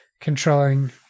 controlling